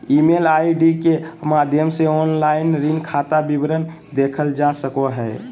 email ID के माध्यम से ऑनलाइन ऋण खाता विवरण देखल जा सको हय